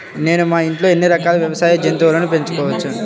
నేను మా ఇంట్లో ఎన్ని రకాల వ్యవసాయ జంతువులను పెంచుకోవచ్చు?